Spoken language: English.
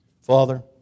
Father